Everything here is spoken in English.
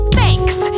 thanks